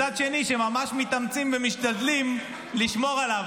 הצד השני, ממש מתאמצים ומשתדלים לשמור עליו.